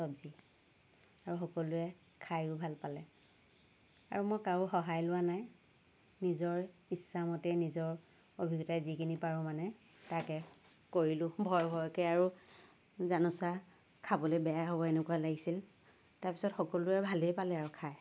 চব্জি আৰু সকলোৱে খাইও ভাল পালে আৰু মই কাৰো সহায় লোৱা নাই নিজৰ ইচ্ছা মতে নিজৰ অভিজ্ঞতাৰে যিখিনি পাৰোঁ মানে তাকে কৰিলোঁ ভয় ভয়কৈ আৰু জানোচা খাবলৈ বেয়া হ'ব এনেকুৱা লাগিছিল তাৰ পিছত সকলোৱে ভালেই পালে আৰু খায়